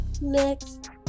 next